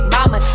Mama